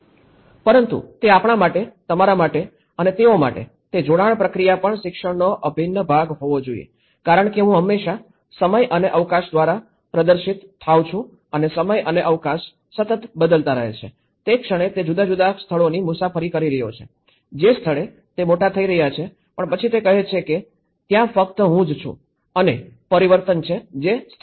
પરંતુ તે આપણા માટે તમારા માટે અને તેઓ માટે તે જોડાણ પ્રક્રિયા પણ શિક્ષણનો અભિન્નભાગ હોવી જોઈએ કારણ કે હું હંમેશાં સમય અને અવકાશ દ્વારા પ્રદર્શિત થાવ છું અને સમય અને અવકાશ સતત બદલાતા રહે છે તે ક્ષણે તે જુદા જુદા સ્થળોની મુસાફરી કરી રહ્યો છે જે ક્ષણે તે મોટા થઈ રહ્યા છે પણ પછી તે કહે છે કે ત્યાં ફક્ત હું છું અને પરિવર્તન છે જે સ્થિર છે